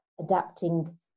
adapting